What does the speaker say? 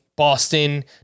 Boston